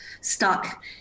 stuck